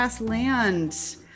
Land